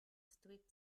strict